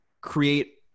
create